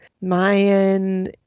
Mayan